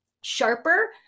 sharper